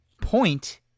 point